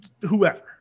whoever